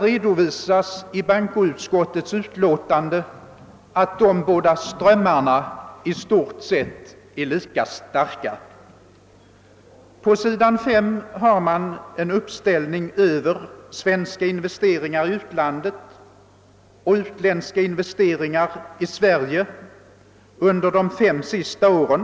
Av bankoutskottets utlåtande framgår att de båda strömmarna är i stort sett lika starka. På s. 5 finns en uppställning över svenska investeringar i utlandet och utländska investeringar i Sverige under de fem senaste åren.